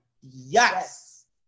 yes